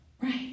Right